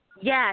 Yes